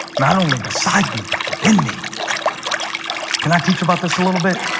not only beside me but within me? yeah can i teach about this a little bit?